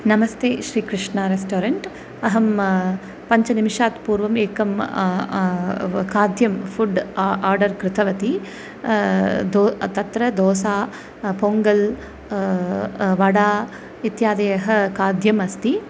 नमस्ते श्रीकृष्णारेस्टोरेण्ट् अहं पञ्चनिमिषात् पूर्वम् एकं खाद्यं फ़ुड् आ आर्डर् कृतवती दो तत्र दोसा पोङ्गल् वडा इत्यादयः खाद्यमस्ति